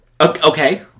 Okay